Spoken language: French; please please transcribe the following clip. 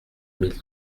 mille